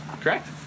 Correct